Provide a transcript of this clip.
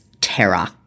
terror